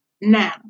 Now